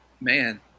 Man